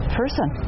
person